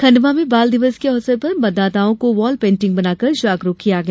खण्डवा में बालदिवस के अवसर पर मतदाताओं को वाल पेण्टिंग बनाकर जागरुक किया गया